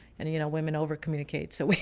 and, you know, women over communicate. so,